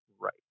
Right